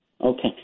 Okay